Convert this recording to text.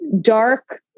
dark